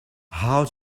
how